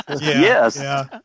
Yes